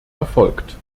erfolgt